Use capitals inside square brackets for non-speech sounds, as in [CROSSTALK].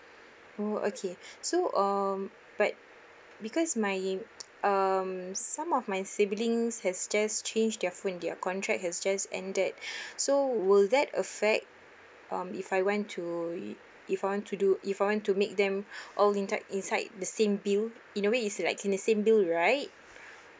oh okay [BREATH] so um but because my um some of my siblings has just changed their phone their contract has just ended [BREATH] so will that affect um if I went to i~ if I want to do if I want to make them [BREATH] all intact inside the same bill in a way it's like in the same bill right